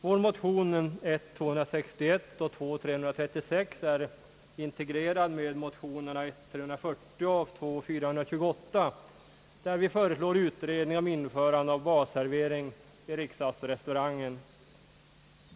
Våra motioner, I: 261 och II: 336, är integrerade med motionerna I: 340 och II: 428, där vi föreslår utredning om införande av barservering i riksdagsrestaurangen.